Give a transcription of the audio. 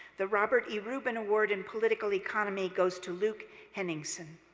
the robert e. reuben award in political economy goes to luke henningsen.